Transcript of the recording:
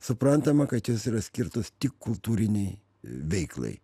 suprantama kad jos yra skirtos tik kultūrinei veiklai